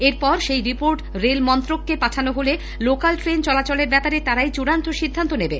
এরপর সেই report rail মন্ত্রককে পাঠানো হলে লোকাল ট্রেন চলাচলের ব্যাপারে তারাই চূড়ান্ত সিদ্ধান্ত নেবে